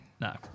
No